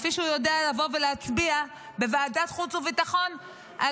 כפי שהוא יודע לבוא ולהצביע בוועדת החוץ והביטחון על